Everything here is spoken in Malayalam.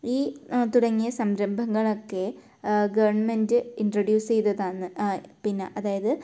ഈ തുടങ്ങിയ സംരംഭങ്ങളൊക്കെ ഗവൺമെൻറ്റ് ഇൻട്രൊഡ്യൂസ് ചെയ്തതാണ് പിന്നെ അതായത്